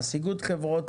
בתחום